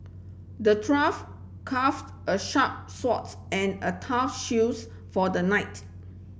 the dwarf carved a sharp swords and a tough shields for the knight